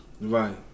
Right